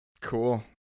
Cool